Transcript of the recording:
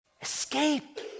Escape